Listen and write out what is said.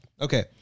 Okay